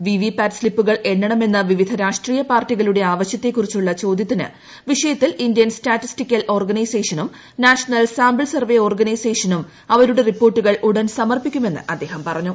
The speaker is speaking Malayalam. വി വി പാറ്റ് സ്ലിപ്പുകൾ എണ്ണമെന്ന വിവിധ രാഷ്ട്രീയ പാർട്ടികളുടെ ആവശ്യത്തെക്കുറിച്ചുള്ള ചോദ്യത്തിന് വിഷയത്തിൽ ഇന്ത്യൻ സ്റ്റാറ്റിസ്റ്റിക്കൽ ഓർഗനൈസേഷനും നാഷണൽ സാംപിൾ സർവെ ഓർഗനൈസേഷനും അവരുടെ റിപ്പോർട്ടുകൾ ഉടൻ സമർപ്പിക്കുമെന്ന് അദ്ദേഹം പറഞ്ഞു